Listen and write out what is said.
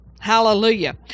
Hallelujah